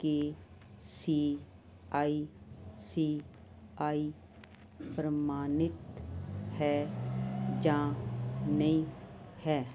K C I C I ਪ੍ਰਮਾਣਿਤ ਹੈ ਜਾਂ ਨਹੀਂ ਹੈ